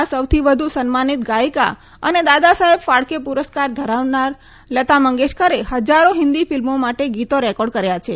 ભારતના સૌથી વધુ સન્માનીત ગાયિકા અને દાદા સાહેબ ફાળકે પુરસ્કાર ધરાવનાર લતા મંગેશકરે હજારો હિન્દી ફિલ્મો માટે ગીતો રેકોર્ડ કર્યા છે